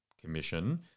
commission